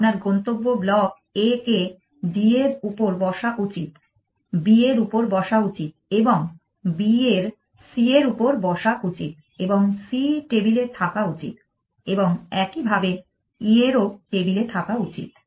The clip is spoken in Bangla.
আপনার গন্তব্য ব্লক A কে D এর উপর বসা উচিত B এর উপর বসা উচিত এবং B এর C এর উপর বসা উচিত এবং C টেবিলে থাকা উচিত এবং একইভাবে E এরও টেবিলে থাকা উচিত